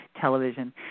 television